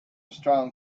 strong